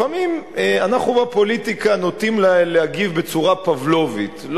לפעמים אנחנו בפוליטיקה נוטים להגיב בצורה פבלובית,